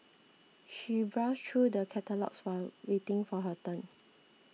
she browsed through the catalogues while waiting for her turn